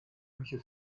küche